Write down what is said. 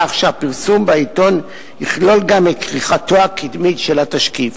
כך שהפרסום בעיתון יכלול גם את כריכתו הקדמית של התשקיף.